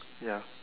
ya